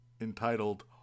entitled